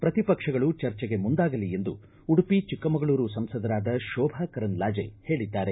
ಪ್ರತಿಪಕ್ಷಗಳು ಚರ್ಚೆಗೆ ಮುಂದಾಗಲಿ ಎಂದು ಉಡುಪಿ ಚಿಕ್ಕಮಗಳೂರು ಸಂಸದರಾದ ಶೋಭಾ ಕರಂದ್ಲಾಜೆ ಹೇಳಿದ್ದಾರೆ